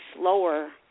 slower